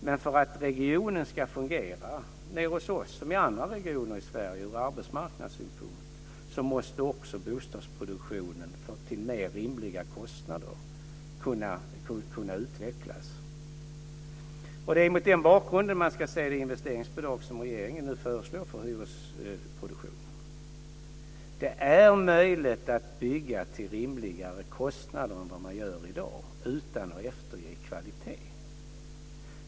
Men för att regionen ska fungera nere hos oss, som i andra regioner i Sverige, ur arbetsmarknadssynpunkt måste också bostadsproduktionen till mer rimliga kostnader kunna utvecklas. Det är mot den bakgrunden man ska se det investeringsbidrag som regeringen nu föreslår för hyresproduktionen. Det är möjligt att bygga till rimligare kostnader än vad man gör i dag utan att ge efter på kvaliteten.